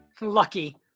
Lucky